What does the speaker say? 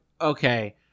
okay